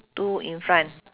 two in front